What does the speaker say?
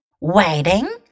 Waiting